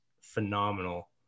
phenomenal